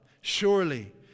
Surely